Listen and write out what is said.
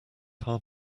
hard